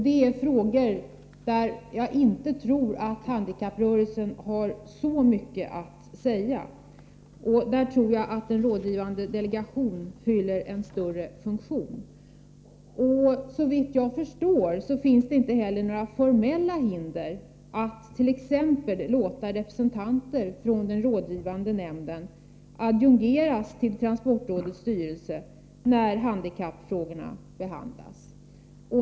Det är frågor där jag inte tror att handikapprörelsen har så mycket att säga och där jag tror att den rådgivande delegationen fyller en större funktion. Såvitt jag förstår finns det inte heller några formella hinder att låta t.ex. representanter för den rådgivande nämnden adjungeras till transportrådets styrelse när handikappfrågor behandlas.